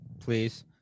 please